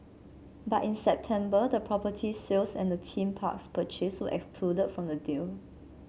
but in September the property sales and the theme parks purchase were excluded from the deal